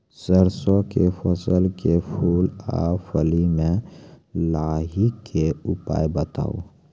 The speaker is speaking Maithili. सरसों के फसल के फूल आ फली मे लाहीक के उपाय बताऊ?